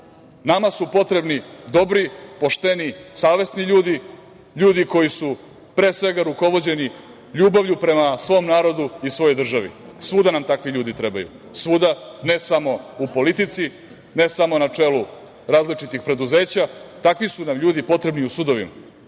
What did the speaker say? nama su potrebni dobri, pošteni, savesni ljudi, ljudi koji su pre svega rukovođeni ljubavlju prema svom narodu i svojoj državi, svuda nam takvi ljudi trebaju. Svuda, ne samo u politici, ne samo na čelu različitih preduzeća, takvi su nam ljudi potrebni u sudovima